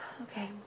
Okay